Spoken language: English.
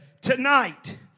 tonight